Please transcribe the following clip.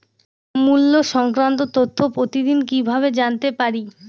মুল্য সংক্রান্ত তথ্য প্রতিদিন কিভাবে জানতে পারি?